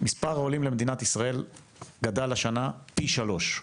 מספר העולים למדינת ישראל גדל השנה פי שלושה.